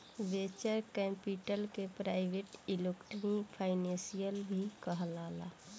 venture capital के private equity financing भी कहाला